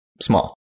small